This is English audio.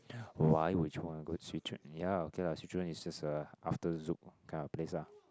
why would you want to go Swee Choon ya okay lah Swee Choon is just a after Zouk kind of place ah